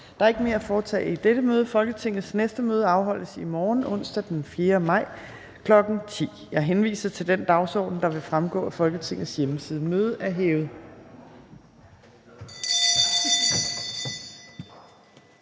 Der er ikke mere at foretage i dette møde. Folketingets næste møde afholdes i morgen, onsdag den 4. maj 2022, kl. 10.00. Jeg henviser til den dagsorden, der vil fremgå af Folketingets hjemmeside. Mødet er hævet.